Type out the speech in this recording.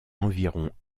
environ